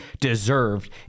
deserved